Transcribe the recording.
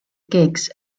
gigs